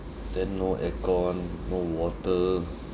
then no air con no water